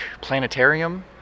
planetarium